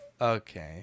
Okay